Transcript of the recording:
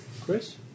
Chris